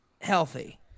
healthy